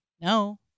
no